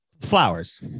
Flowers